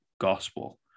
gospel